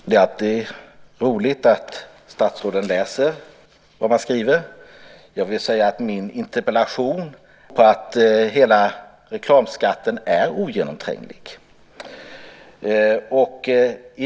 Herr talman! Det är alltid roligt när statsråden läser vad man skriver. Jag vill säga att min interpellation är ogenomtränglig, och det beror på att hela reklamskatten är ogenomtränglig.